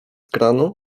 kranu